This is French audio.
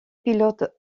pilote